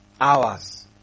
hours